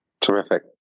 Terrific